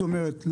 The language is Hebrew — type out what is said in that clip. זאת אומרת,